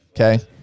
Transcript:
Okay